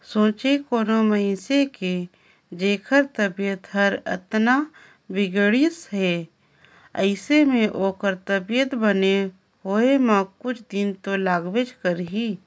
सोंचे कोनो मइनसे के जेखर तबीयत हर अतना बिगड़िस हे अइसन में ओखर तबीयत बने होए म कुछ दिन तो लागबे करही